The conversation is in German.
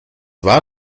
war